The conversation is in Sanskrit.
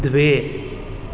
द्वे